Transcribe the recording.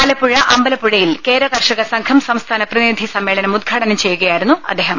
ആല പ്പുഴ അമ്പലപ്പുഴ യിൽ കേരകർഷക സംഘം സംസ്ഥാന പ്രതിനിധി സമ്മേളനം ഉദ്ഘാടനം ചെയ്യുകയായിരുന്നു അദ്ദേഹം